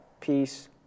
peace